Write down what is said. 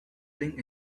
thing